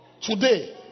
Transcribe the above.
Today